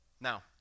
Now